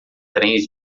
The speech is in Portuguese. trens